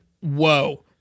whoa